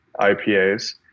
IPAs